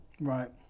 Right